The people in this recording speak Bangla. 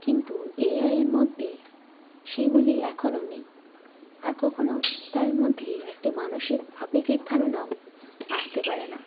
কিন্তু এ আইয়ের মধ্যে সেগুলি এখনও নেই আর কখনও তার মধ্যে একটি মানুষের আবেগের ধারণাও আসতে পারে না